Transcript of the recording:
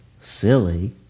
silly